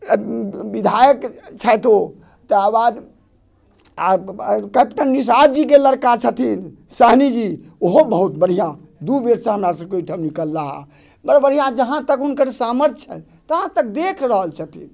विधायक छथि ओ तकर बाद कैप्टन निषाद जीके लड़का छथिन सहनीजी ओहो बहुत बढ़िऑं दू बेर से हमरा सभके ओहिठाम निकलला है बड़ बढ़िऑं जहाँ तक हुनकर सामर्थ छनि तहाँ तक देख रहल छथिन